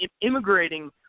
immigrating